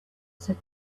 said